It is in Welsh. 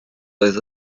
oedd